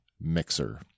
Mixer